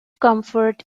comfort